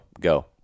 Go